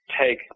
take